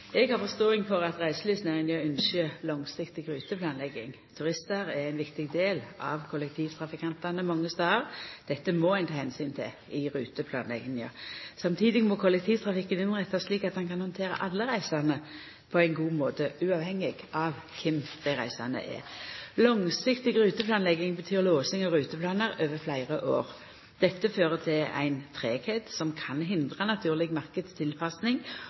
Eg har forståing for at reiselivsnæringa ynskjer langsiktig ruteplanlegging. Turistar er ein viktig del av kollektivtrafikantane mange stader. Dette må ein ta omsyn til i ruteplanlegginga. Samtidig må kollektivtrafikken innrettast slik at ein kan handtera alle reisande på ein god måte, uavhengig av kven dei reisande er. Langsiktig ruteplanlegging betyr låsing av ruteplanar over fleire år. Dette fører til ein tregleik som kan hindra naturleg